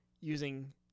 using